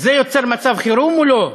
זה יוצר מצב חירום או לא?